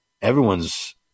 everyone's